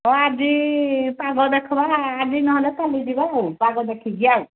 ହଉ ଆଜି ପାଗ ଦେଖବା ଆଜି ନହେଲେ କାଲି ଯିବା ଆଉ ପାଗ ଦେଖିକି ଆଉ